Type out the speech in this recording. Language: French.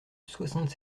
soixante